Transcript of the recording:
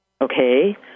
okay